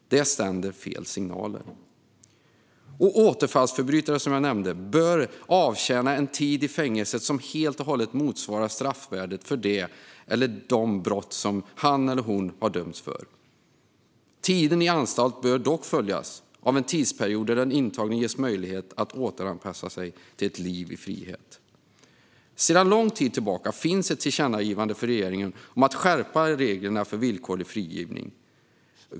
Det sänder fel signaler. Som jag nämnde bör återfallsförbrytare avtjäna en tid i fängelset som helt och hållet motsvarar straffvärdet för det eller de brott som han eller hon har dömts för. Tiden i anstalt bör dock följas av en tidsperiod då den intagne ges möjlighet att återanpassa sig till ett liv i frihet. Sedan lång tid tillbaka finns ett tillkännagivande för regeringen om att skärpa reglerna för villkorlig frigivning.